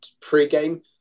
pre-game